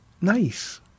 nice